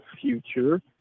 future